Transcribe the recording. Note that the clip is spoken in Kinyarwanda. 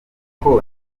kuko